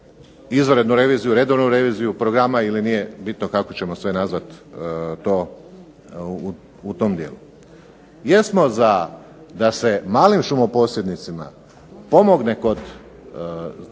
izvanrednu reviziju, redovnu reviziju programa ili nije bitno kako ćemo sve nazvati to u tom dijelu. Jesmo za da se malim šumoposjednicima pomogne kod izrade